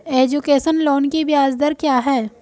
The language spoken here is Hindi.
एजुकेशन लोन की ब्याज दर क्या है?